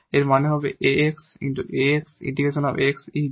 এবং মান হবে 𝑎𝑥 𝑎𝑥 ∫ 𝑋 𝑒 𝑑𝑥